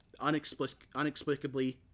unexplicably